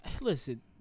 Listen